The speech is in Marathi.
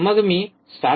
मग मी ७